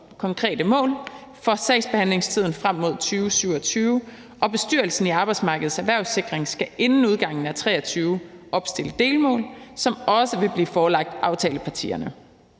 konkrete mål for sagsbehandlingstiden frem mod 2027, og bestyrelsen i Arbejdsmarkedets Erhvervssikring skal inden udgangen af 2023 opstille delmål, som også vil blive forelagt aftalepartierne.